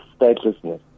statelessness